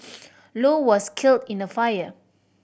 low was killed in the fire